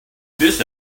this